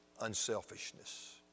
unselfishness